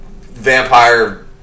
vampire